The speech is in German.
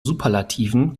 superlativen